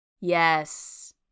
Yes